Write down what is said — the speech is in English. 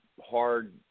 hard